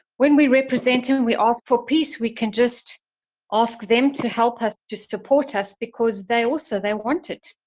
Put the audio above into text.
when we represent em and we are for peace, we can just ask them to help us, to support us because they also, they want